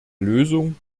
lösung